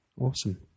Awesome